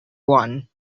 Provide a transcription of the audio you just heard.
one